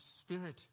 spirit